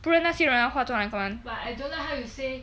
不然那些人化妆来干嘛